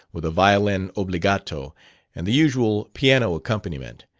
with a violin obbligato and the usual piano accompaniment,